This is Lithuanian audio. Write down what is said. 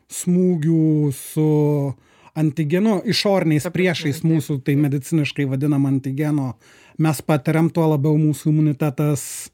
smūgių su antigenu išoriniais priešais mūsų tai mediciniškai vadinama antigeno mes patariam tuo labiau mūsų imunitetas